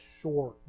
short